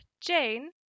Jane